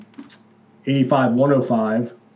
85.105